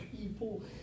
people